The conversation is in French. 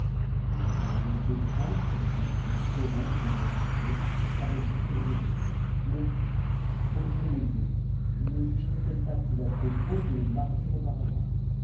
votre majesté craint qu'il ne se corrompe dans l'oisiveté avec beaucoup de raison mais pour y remédier xc iuaerait'eue pas plus à propos de le marier auparavant